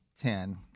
ten